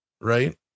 Right